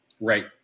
Right